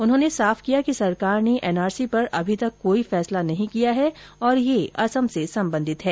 उन्होंने साफ किया कि सरकार ने एनआरसी पर अभी तक कोई फैसला नहीं किया है और यह असम से संबंधित है